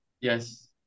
Yes